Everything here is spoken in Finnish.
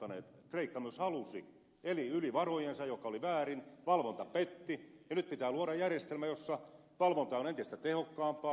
kreikka myös halusi eli yli varojensa joka oli väärin valvonta petti ja nyt pitää luoda järjestelmä jossa valvonta on entistä tehokkaampaa